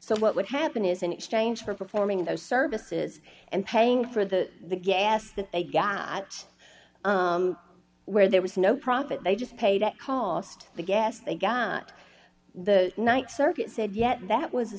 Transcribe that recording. so what would happen is an exchange for performing those services and paying for the gas that they gat where there was no profit they just paid at cost the guess they got the th circuit said yet that was a